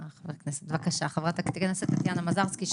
חברת הכנסת טטיאנה מזרסקי,